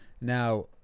Now